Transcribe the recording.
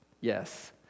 Yes